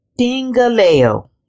Dingaleo